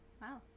Wow